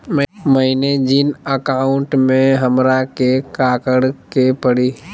मैंने जिन अकाउंट में हमरा के काकड़ के परी?